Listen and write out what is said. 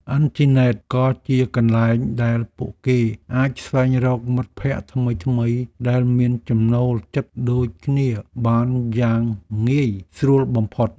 អ៊ីនធឺណិតក៏ជាកន្លែងដែលពួកគេអាចស្វែងរកមិត្តភក្តិថ្មីៗដែលមានចំណូលចិត្តដូចគ្នាបានយ៉ាងងាយស្រួលបំផុត។